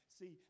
See